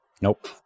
Nope